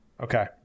Okay